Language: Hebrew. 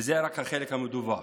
וזה רק החלק המדווח.